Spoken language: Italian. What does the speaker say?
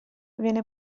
viene